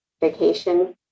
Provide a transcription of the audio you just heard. vacation